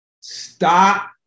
Stop